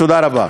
תודה רבה.